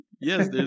Yes